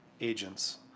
agents